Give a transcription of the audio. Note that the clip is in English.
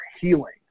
healing